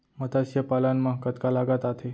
मतस्य पालन मा कतका लागत आथे?